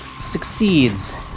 Succeeds